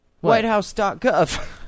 Whitehouse.gov